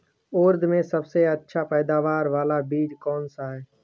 उड़द में सबसे अच्छा पैदावार वाला बीज कौन सा है?